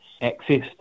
access